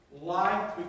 Life